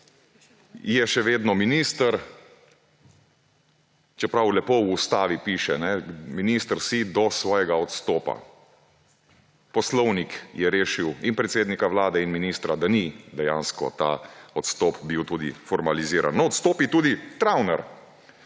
je še vedno minister, čeprav lepo v Ustavi piše, da si minister do svojega odstopa. Poslovnik je rešil in predsednika Vlade in ministra, da ni dejansko ta odstop bil tudi formaliziran. No, odstopi tudi Travner,